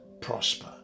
prosper